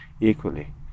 equally